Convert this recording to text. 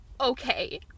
okay